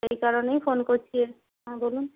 সেই কারণেই ফোন করছি হুম বলুন